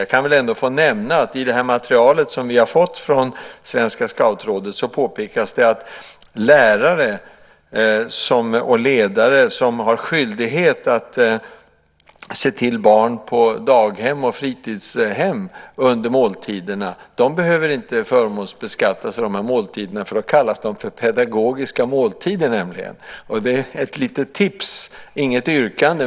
Jag kan väl ändå få nämna att i materialet som vi har fått från Svenska Scoutrådet påpekas det att lärare och ledare som har skyldighet att se till barn på daghem och fritidshem under måltiderna inte behöver förmånsbeskattas för måltiderna. De kallas nämligen pedagogiska måltider. Det är inget yrkande.